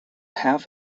half